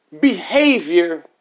behavior